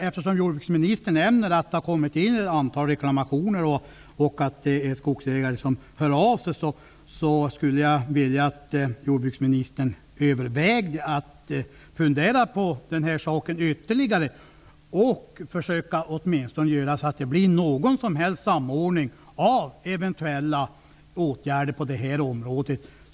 Eftersom jordbruksministern nämner att det har kommit in ett antal reklamationer och att skogsägare hör av sig skulle jag vilja att han överväger att fundera på saken ytterligare och åtminstone försöker skapa samordning av eventuella åtgärder.